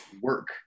work